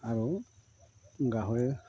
আৰু গাহৰি